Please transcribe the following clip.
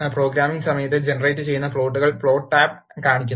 programming സമയത്ത് ജനറേറ്റുചെയ്ത പ്ലോട്ടുകൾ പ്ലോട്ട് ടാബ് കാണിക്കുന്നു